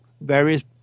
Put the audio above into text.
various